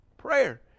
prayer